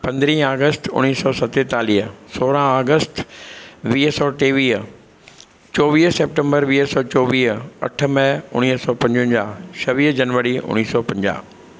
पंद्रहीं ऑगष्ट उणिवीह सौ सतेतालीह सोरहां ऑगष्ट वीह सौ टेवीह चोवीह स्प्टेंबर वीह सौ चोवीह अठ में उणिवीह सौ पंजवंजाहु छवीह जनवरी उणिवीह सौ पंजाहु